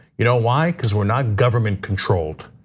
you know why? because we're not government controlled.